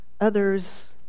others